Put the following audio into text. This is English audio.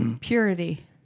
Purity